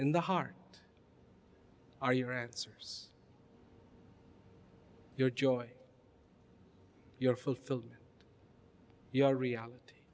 in the heart are your answers your joy your fulfilled your reality